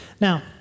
Now